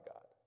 God